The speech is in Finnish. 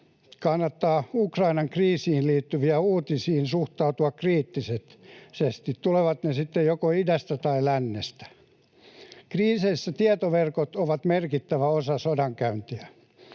kannattaa Ukrainan kriisiin liittyviin uutisiin suhtautua kriittisesti, tulevat ne sitten joko idästä tai lännestä. Kriiseissä tietoverkot ovat merkittävä osa sodankäyntiä.